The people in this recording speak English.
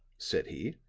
said he.